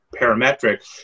parametric